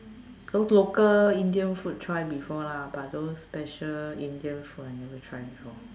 those local Indian food try before lah but those special Indian food I never try before